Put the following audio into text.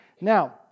Now